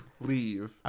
leave